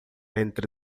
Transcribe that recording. entre